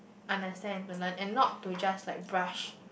understand to learn and not to just like brush